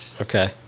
Okay